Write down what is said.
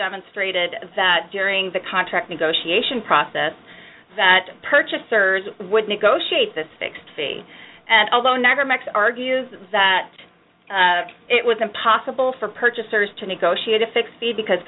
demonstrated that during the contract negotiation process that purchasers would negotiate the fixed fee although never max argues that it was impossible for purchasers to negotiate a fixed fee because